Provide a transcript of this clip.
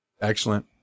Excellent